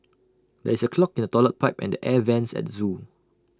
there is A clog in the Toilet Pipe and the air Vents at the Zoo